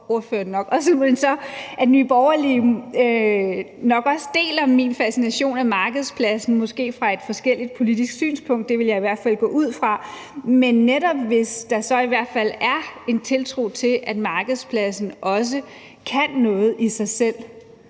er gået, men som jeg jo tænker nok også deler min fascination af markedspladsen, måske fra et andet politisk synspunkt – det ville jeg i hvert fald gå ud fra. Men netop hvis der så i hvert fald er en tiltro til, at markedspladsen også kan noget i sig selv,